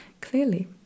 clearly